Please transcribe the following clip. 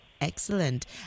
Excellent